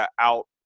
out